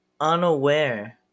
unaware